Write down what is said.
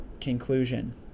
conclusion